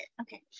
Okay